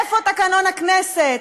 איפה תקנון הכנסת?